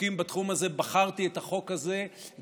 חוקים בתחום הזה בחרתי את החוק הזה דווקא,